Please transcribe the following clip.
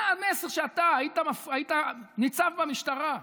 מה המסר שאתה, היית ניצב במשטרה.